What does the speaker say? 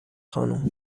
خانم